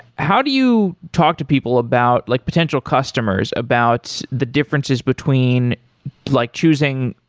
how do you talk to people about, like potential customers about the differences between like choosing,